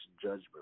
judgment